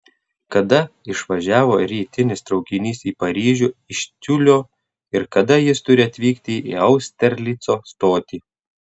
kada išvažiavo rytinis traukinys į paryžių iš tiulio ir kada jis turi atvykti į austerlico stotį